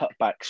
cutbacks